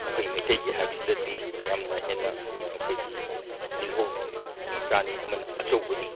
ꯑꯩꯈꯣꯏꯒꯤ ꯃꯩꯇꯩꯒꯤ ꯍꯥꯏꯕꯁꯤꯗꯗꯤ ꯌꯥꯝꯅ ꯍꯦꯟꯅ ꯑꯩꯈꯣꯏꯒꯤ ꯇꯤꯜꯍꯧ ꯃꯆꯥꯅꯤ ꯑꯃꯅ ꯑꯆꯧꯕꯅꯤ